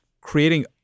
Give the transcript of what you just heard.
creating